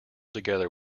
together